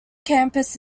campus